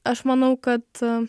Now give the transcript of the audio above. aš manau kad